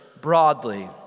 broadly